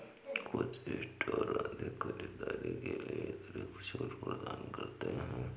कुछ स्टोर अधिक खरीदारी के लिए अतिरिक्त छूट प्रदान करते हैं